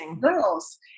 girls